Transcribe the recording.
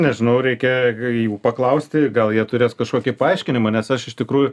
nežinau reikia jų paklausti gal jie turės kažkokį paaiškinimą nes aš iš tikrųjų